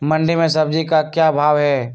मंडी में सब्जी का क्या भाव हैँ?